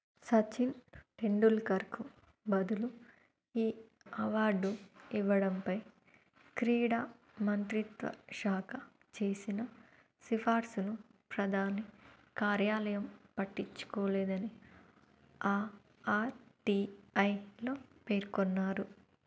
సచిన్ టెండూల్కర్కు బదులు ఈ అవార్డు ఇవ్వడంపై క్రీడా మంత్రిత్వ శాఖ చేసిన సిఫార్సును ప్రధాని కార్యాలయం పట్టించుకోలేదని ఆ ఆర్ టీ ఐలో పేర్కొన్నారు